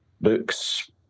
books